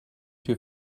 two